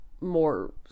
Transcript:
more